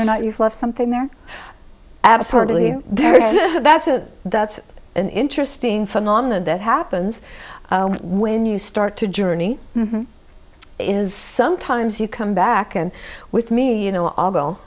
or not you've left something there absolutely there that's a that's an interesting phenomena that happens when you start to journey is sometimes you come back and with me you know although